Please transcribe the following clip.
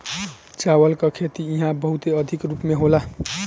चावल के खेती इहा बहुते अधिका रूप में होला